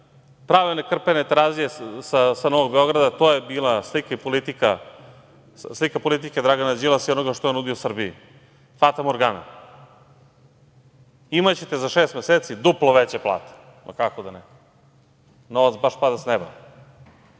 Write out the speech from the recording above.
pravo ono krpene Terazije sa Novog Beograda, to je bila slika politike Dragana Đilasa i onoga što je on nudio Srbiji, fatamorgana. Imaćete za šest meseci duplo veće plate. Pa, kako da ne, novac baš pada sa neba,